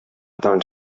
адам